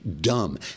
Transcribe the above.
dumb